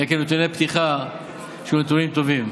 אדוני היושב-ראש,